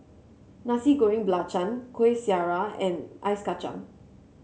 Nasi Goreng Belacan Kueh Syara and Ice Kacang